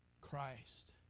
Christ